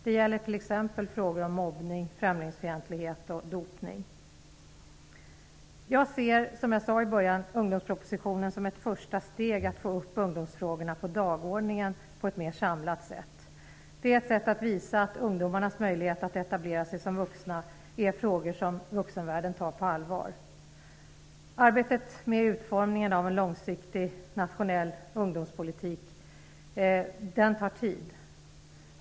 Det gäller t.ex. frågor om mobbning, främlingsfientlighet och dopning. Som jag sade i början ser jag ungdomspropositionen som ett första steg till att på ett mera samlat sätt få upp ungdomsfrågorna på dagordningen. Det är ett sätt att visa att ungdomarnas möjligheter att etablera sig som vuxna är frågor som vuxenvärlden tar på allvar. Arbetet med utformningen av en långsiktig nationell ungdomspolitik tar tid.